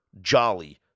Jolly